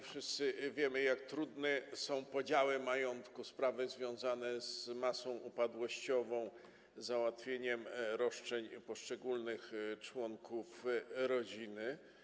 Wszyscy wiemy, jak trudne są podziały majątku, sprawy związane z masą upadłościową, załatwieniem roszczeń poszczególnych członków rodziny.